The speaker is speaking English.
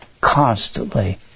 constantly